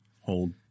Hold